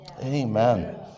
Amen